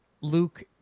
Luke